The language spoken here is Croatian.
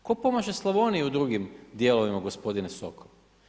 Tko pomaže Slavoniji u drugim dijelovima, gospodine Sokol?